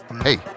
Hey